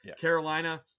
Carolina